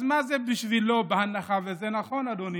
אז מה זה בשבילו, בהנחה שזה נכון, אדוני,